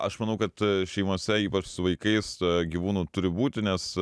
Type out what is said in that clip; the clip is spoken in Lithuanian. aš manau kad šeimose ypač su vaikais gyvūnų turi būti nes